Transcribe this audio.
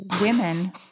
women